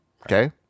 Okay